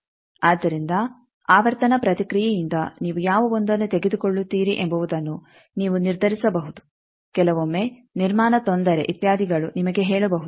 ಆದ್ದರಿಂದ ಆವರ್ತನ ಪ್ರತಿಕ್ರಿಯೆಯಿಂದ ನೀವು ಯಾವ 1ಅನ್ನು ತೆಗೆದುಕೊಳ್ಳುತ್ತೀರಿ ಎಂಬುವುದನ್ನು ನೀವು ನಿರ್ಧರಿಸಬಹುದು ಕೆಲವೊಮ್ಮೆ ನಿರ್ಮಾಣ ತೊಂದರೆ ಇತ್ಯಾದಿಗಳು ನಿಮಗೆ ಹೇಳಬಹುದು